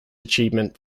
achievement